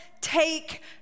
take